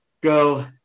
go